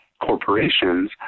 corporations